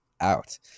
out